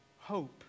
hope